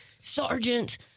Sergeant